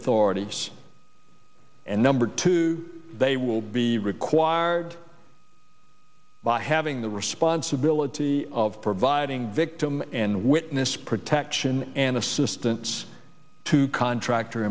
authorities and number two they will be required by having the responsibility of providing victim and witness protection and assistance to contractor